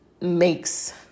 makes